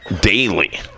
daily